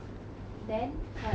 then what else